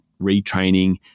retraining